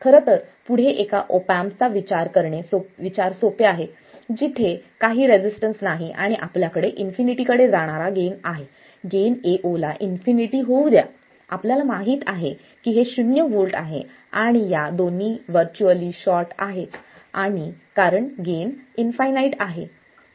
खरं तर पुढे एका ऑप एम्प चा विचार सोपे आहे जिथे काही रेसिस्टन्स नाही आणि आपल्याकडे इन्फिनिटी कडे जाणारा गेन आहे गेन Ao ला इन्फिनिटी होऊ द्या आपल्याला माहिती आहे की हे शून्य वोल्ट आहे आणि या दोन्ही व्हर्च्युअली शॉर्ट आहेत कारण गेन फाईनाईट आहे